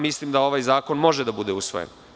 Mislim da ovaj zakon može da bude usvojen.